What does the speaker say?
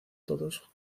todos